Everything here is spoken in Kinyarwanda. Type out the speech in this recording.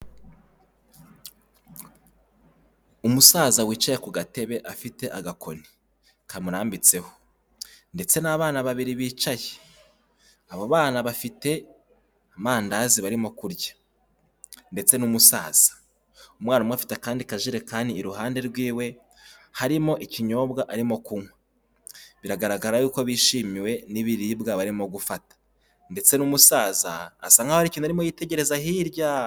Umusaza wicaye ku gatebe afite agakoni kamurambitseho, ndetse n'abana babiri bicaye, abo bana bafite amandazi barimo kurya, ndetse n'umusaza, umwana umwe afite akandi kajerekani iruhande rw'iwe harimo ikinyobwa arimo kunywa, biragaragara y'uko bishimiwe n'ibiribwa barimo gufata, ndetse n'umusaza asa nk'aho hari ikintu arimo yitegereza hirya.